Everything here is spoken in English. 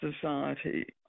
Society